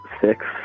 six